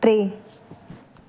टे